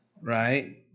right